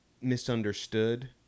misunderstood